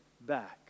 back